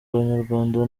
abanyarwanda